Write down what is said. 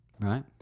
Right